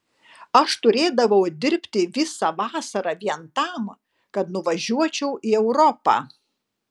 aš turėdavau dirbti visą vasarą vien tam kad nuvažiuočiau į europą